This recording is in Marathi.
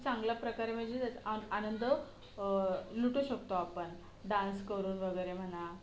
चांगला प्रकारे म्हणजे त्यात आ आनंद लुटू शकतो आपण डान्स करून वगैरे म्हणा